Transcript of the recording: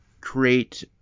create